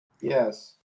Yes